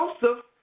Joseph